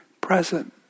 present